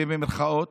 במירכאות.